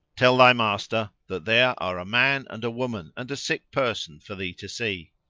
tell thy master that there are a man and a woman and a sick person for thee to see